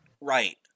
right